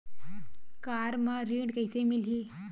Car म ऋण कइसे मिलही?